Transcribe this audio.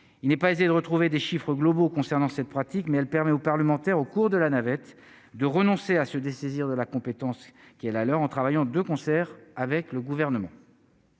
il n'est pas aisé de retrouver des chiffres globaux concernant cette pratique, mais elle permet aux parlementaires au cours de la navette de renoncer à se dessaisir de la compétence qui est la leur, en travaillant de concert avec le gouvernement.